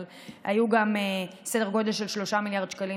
אבל היו גם סדר גודל של 3 מיליארד שקלים